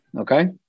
Okay